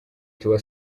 tiwa